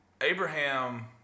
Abraham